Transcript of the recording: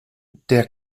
der